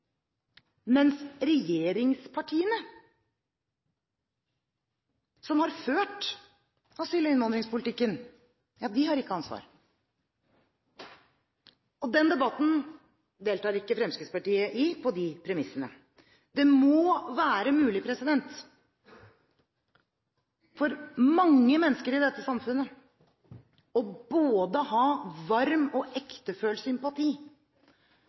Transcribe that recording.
mens regjeringspartiene, som har ført asyl- og innvandringspolitikken, ikke har ansvar. Den debatten deltar ikke Fremskrittspartiet i på de premissene. Det må være mulig for mange mennesker i dette samfunnet å ha varm og ektefølt sympati